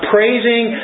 Praising